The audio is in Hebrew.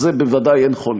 על זה בוודאי אין חולק,